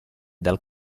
dal